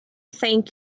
thank